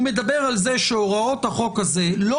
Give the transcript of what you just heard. הוא מדבר על זה שהוראות החוק הזה לא